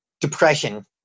Depression